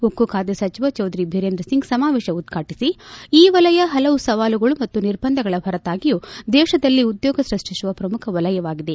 ಉಕ್ಕು ಖಾತೆ ಸಚಿವ ಚೌಧರಿ ಬಿರೇಂದ್ರ ಸಿಂಗ್ ಸಮಾವೇಶ ಉದ್ವಾಟಿಸಿ ಈ ವಲಯ ಹಲವು ಸವಾಲುಗಳು ಮತ್ತು ನಿರ್ಬಂಧಗಳ ಹೊರತಾಗಿಯು ದೇಶದಲ್ಲಿ ಉದ್ಯೋಗ ಸೃಷ್ಟಿಸುವ ಶ್ರಮುಖ ವಲಯವಾಗಿದೆ